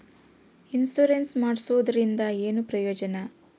Insurance ಮಾಡ್ಸೋದರಿಂದ ಏನು ಪ್ರಯೋಜನ?